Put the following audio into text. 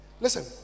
Listen